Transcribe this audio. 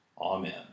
Amen